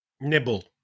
Nibble